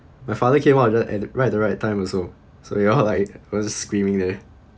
my father came out right at the right the right time also so we're all like was screaming leh